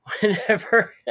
whenever